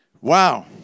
wow